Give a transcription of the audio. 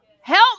Help